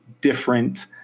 different